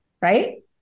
Right